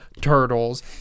Turtles